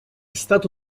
stato